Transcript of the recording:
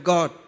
God